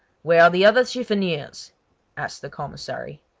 where are the other chiffoniers asked the commissary.